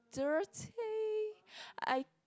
dirty I